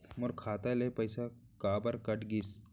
मोर खाता ले पइसा काबर कट गिस?